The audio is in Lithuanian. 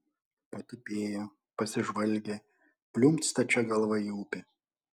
patupėjo pasižvalgė pliumpt stačia galva į upę